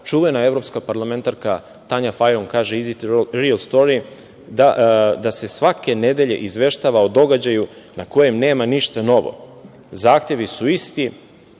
čuvena evropska parlamentarka Tanja Fajon kaže "Is it real story", da se svake nedelje izveštava o događaju na kojem nema ništa novo. Zahtevi su isti.